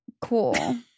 Cool